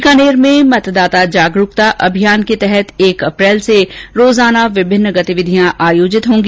बीकानेर में मतदाता जागरूकता अभियान के तहत एक अप्रैल से रोजाना विभिन्न गतिविधियां आयोजित होंगी